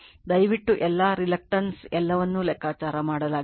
ದಯವಿಟ್ಟು ಎಲ್ಲಾ reluctants ಎಲ್ಲವನ್ನೂ ಲೆಕ್ಕಾಚಾರ ಮಾಡಲಾಗಿದೆ